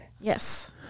Yes